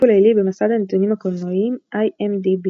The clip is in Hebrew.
"טיפול לילי", במסד הנתונים הקולנועיים IMDb